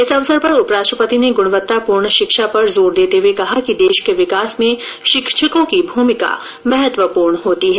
इस अवसर पर उपराष्ट्रपति ने गुणवत्तापूर्ण शिक्षा पर जोर देते हुए कहा कि देश के विकास में शिक्षकों की भुमिका महत्वपूर्ण होती है